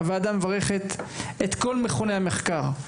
הוועדה מברכת את כל מכוני המחקר,